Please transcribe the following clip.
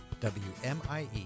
WMIE